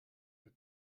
with